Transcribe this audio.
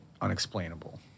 unexplainable